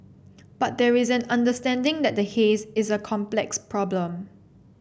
but there is an understanding that the haze is a complex problem